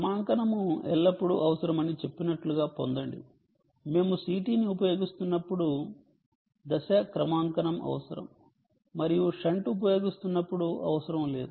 క్రమాంకనము ఎల్లప్పుడూ అవసరమని చెప్పినట్లుగా పొందండి మేము CT ని ఉపయోగిస్తున్నప్పుడు ఫేజ్ క్రమాంకనం అవసరం మరియు షంట్ ఉపయోగిస్తున్నప్పుడు అవసరం లేదు